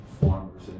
farmers